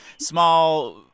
small